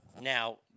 Now